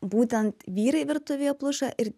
būtent vyrai virtuvėj pluša ir